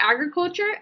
agriculture